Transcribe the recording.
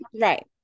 right